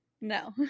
no